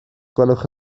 gwelwch